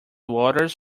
orders